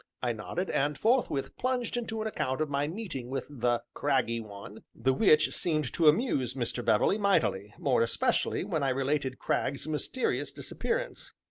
i nodded, and forthwith plunged into an account of my meeting with the craggy one, the which seemed to amuse mr. beverley mightily, more especially when i related cragg's mysterious disappearance.